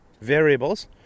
variables